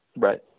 Right